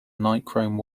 nichrome